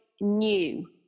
new